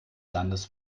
landes